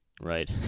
Right